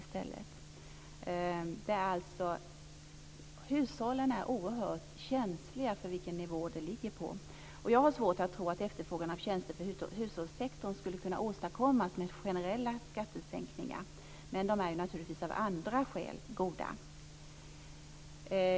Hushållen är alltså oerhört känsliga för vilken nivå avdraget ligger på. Jag har svårt att tro att en efterfrågan på tjänster i hushållssektorn skulle kunna åstadkommas med generella skattesänkningar, men de är ju naturligtvis goda av andra skäl.